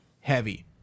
heavy